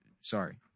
Sorry